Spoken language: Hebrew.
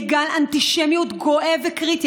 מדינות אירופה לגל אנטישמיות גואה וקריטי.